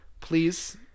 Please